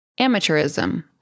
amateurism